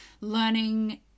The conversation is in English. learning